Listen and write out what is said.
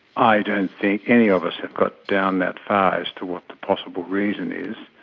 i don't think any of us have got down that far as to what the possible reason is.